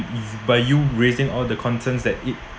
is~by you raising all the concerns that it